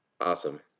Awesome